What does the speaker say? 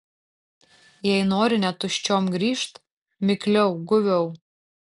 jei nori ne tuščiom grįžt mikliau guviau